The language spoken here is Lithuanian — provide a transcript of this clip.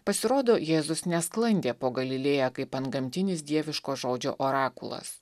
pasirodo jėzus nesklandė po galilėją kaip antgamtinis dieviško žodžio orakulas